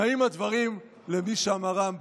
נאים הדברים למי שאמרם.